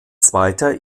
zweiter